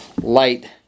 light